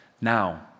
Now